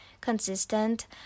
consistent